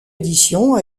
édition